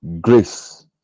Grace